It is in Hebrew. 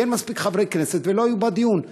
כי אין מספיק חברי כנסת ולא היו בדיון.